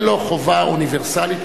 אין לו חובה אוניברסלית,